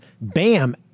bam